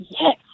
yes